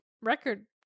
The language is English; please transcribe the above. record